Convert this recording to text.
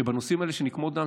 שבנושאים האלה של נקמות דם,